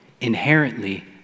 inherently